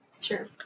Sure